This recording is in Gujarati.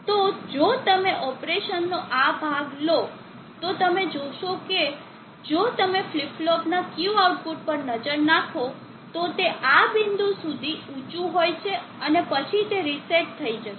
તો જો તમે ઓપરેશનનો આ ભાગ લો તો તમે જોશો કે જો તમે ફ્લિપ ફ્લોપના Q આઉટપુટ પર નજર નાખો તો તે આ બિંદુ સુધી ઊંચું હોય છે અને પછી તે રીસેટ થઈ જશે